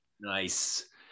Nice